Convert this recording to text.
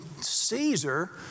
Caesar